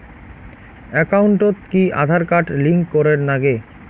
একাউন্টত কি Aadhaar card link করের নাগে?